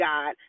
God